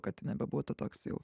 kad nebebūtų toks jau